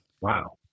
Wow